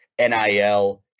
NIL